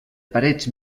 parets